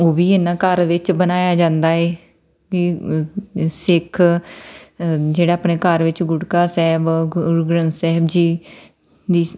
ਉਹ ਵੀ ਇਹਨਾਂ ਘਰ ਵਿੱਚ ਬਣਾਇਆ ਜਾਂਦਾ ਹੈ ਕੀ ਅ ਸਿੱਖ ਜਿਹੜਾ ਆਪਣੇ ਘਰ ਵਿੱਚ ਗੁਟਕਾ ਸਹਿਬ ਗੁਰੂ ਗਰੰਥ ਸਹਿਬ ਜੀ ਜਿਸ